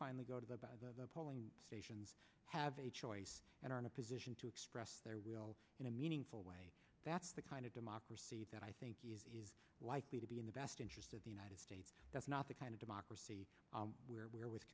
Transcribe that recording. finally go to the polling stations have a choice and are in a position to express their will in a meaningful way that's the kind of democracy that i think is likely to be in the best interest of the united states that's not the kind of democracy where we are w